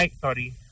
sorry